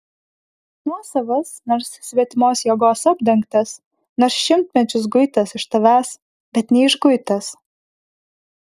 nuosavas nors svetimos jėgos apdengtas nors šimtmečius guitas iš tavęs bet neišguitas